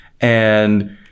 and-